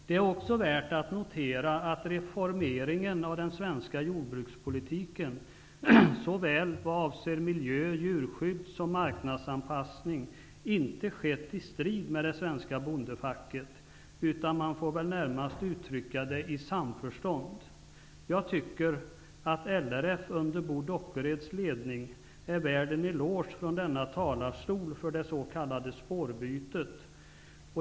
Det är också värt att notera att reformeringen av den svenska jordbrukspolitiken vad avser såväl miljö och djurskydd som marknadsanpassning icke har skett i strid med det svenska bondefacket, utan -- man får väl närmast uttrycka det så -- i samförstånd. Jag tycker att LRF under Bo Dockereds ledning är värd en eloge från denna talarstol för det s.k. spårbytet.